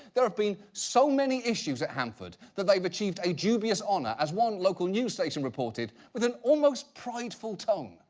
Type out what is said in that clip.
there have been so many issues at hanford, that they've achieved a dubious honor, as one local new-station reported, with an almost prideful tone.